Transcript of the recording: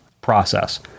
process